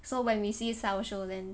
so when we see this type of show then